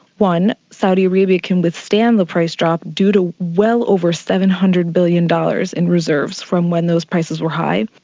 one, saudi arabia can withstand the price drop due to well over seven hundred billion dollars in reserves from when those prices were high.